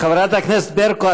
חברת הכנסת ברקו,